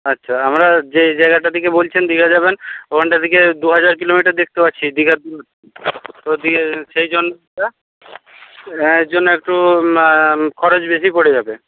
আচ্ছা আমরা যে জায়গাটা থেকে বলছেন দীঘা যাবেন ওখানটা থেকে দুহাজার কিলোমিটার দেখতে পাচ্ছি দীঘা তো দিয়ে সেই জন্য এর জন্য একটু খরচ বেশি পড়ে যাবে